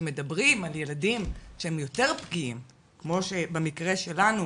וכשמדברים על ילדים שהם יותר פגיעים כמו במקרה שלנו,